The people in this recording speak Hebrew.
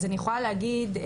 אני יכולה להגיד,